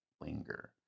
linger